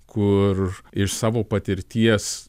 kur iš savo patirties